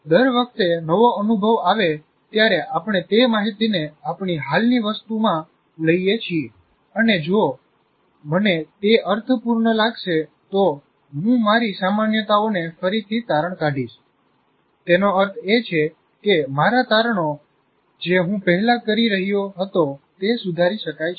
દર વખતે નવો અનુભવ આવે ત્યારે આપણે તે માહિતીને આપણી હાલની વસ્તુમાં લઈએ છીએ અને જો મને તે અર્થપૂર્ણ લાગશે તો હું મારી સામાન્યતાઓને ફરીથી તારણ કાઢીશ તેનો અર્થ એ છે કે મારા તારણો જે હું પહેલા કરી રહ્યો હતો તે સુધારી શકાય છે